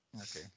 okay